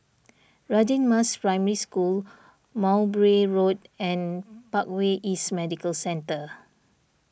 Radin Mas Primary School Mowbray Road and Parkway East Medical Centre